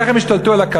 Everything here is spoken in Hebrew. איך הם השתלטו על הכלכלה,